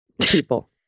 people